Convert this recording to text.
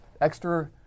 extra